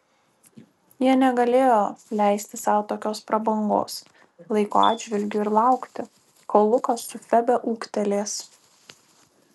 jie negalėjo leisti sau tokios prabangos laiko atžvilgiu ir laukti kol lukas su febe ūgtelės